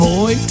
Boy